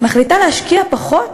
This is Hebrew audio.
מחליטה להשקיע פחות